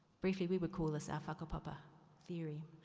briefly, we would call this ah whakapapa theory.